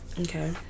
okay